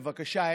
בבקשה,